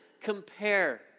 compare